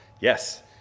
Yes